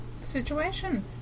situation